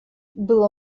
было